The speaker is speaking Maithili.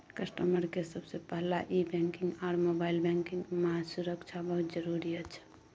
कस्टमर के सबसे पहला ई बैंकिंग आर मोबाइल बैंकिंग मां सुरक्षा बहुत जरूरी अच्छा